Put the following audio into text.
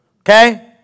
Okay